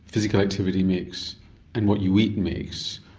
physical activity makes and what you eat makes,